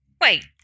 Wait